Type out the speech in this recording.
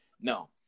No